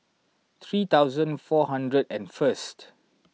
three thousand four hundred and first